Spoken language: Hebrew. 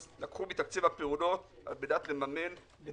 לקחו מתקציב הפעולות על-מנת לממן את